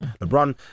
LeBron